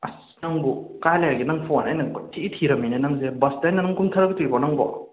ꯑꯁ ꯅꯪꯕꯨ ꯀꯥꯏ ꯂꯩꯔꯤꯒꯦ ꯅꯪ ꯐꯣꯟ ꯑꯩꯅ ꯀꯣꯏꯊꯤ ꯊꯤꯔꯝꯃꯤꯅꯦ ꯅꯪꯁꯦ ꯕꯁ ꯁ꯭ꯇꯦꯟꯗ ꯅꯪ ꯀꯨꯝꯊꯗ꯭ꯔꯤꯕꯣ ꯅꯪꯕꯣ